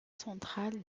centrale